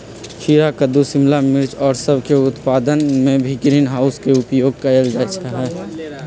खीरा कद्दू शिमला मिर्च और सब के उत्पादन में भी ग्रीन हाउस के उपयोग कइल जाहई